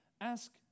ask